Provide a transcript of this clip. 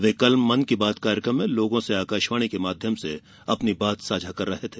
वे कल मन की बात कार्यक्रम में लोगों से आकाशवाणी के माध्यम से अपनी बात साझा कर रहे थे